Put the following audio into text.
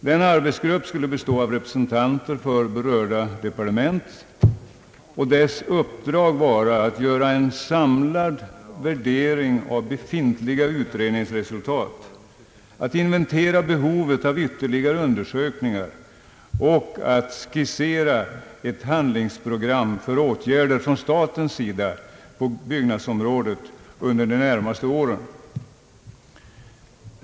Den arbetsgruppen skulle bestå av representanter för berörda departement och dess uppdrag vara att göra en samlad värdering av befintliga utredningsresultat, att inventera behovet av ytterligare undersökningar och att skissera ett handlingsprogram för åtgärder från statens sida på byggnadsområdet under de närmaste åren.